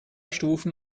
stufen